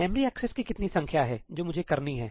memory access की कितनी संख्या है जो मुझे करनी है